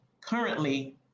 currently